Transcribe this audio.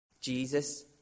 Jesus